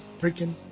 freaking